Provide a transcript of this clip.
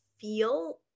feel